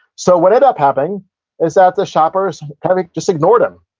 so, what ended up happening is that the shoppers kind of just ignored him.